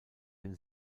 den